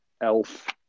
elf